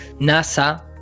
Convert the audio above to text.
nasa